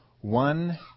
one